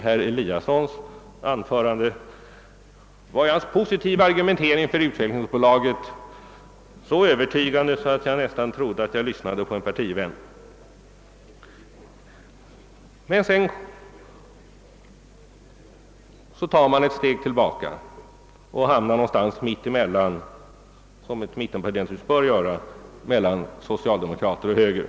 Herr Eliasson i Sundborn argumenterade nyss så positivt och övertygande för utvecklingsbolaget, att jag nästan trodde att jag lyssnade på en partivän. Men sedan tar mittenpartierna ett steg tillbaka och hamnar — som mittenpartier naturligtvis bör göra — någonstans mitt emellan socialdemokraterna och högern.